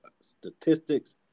statistics